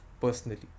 personally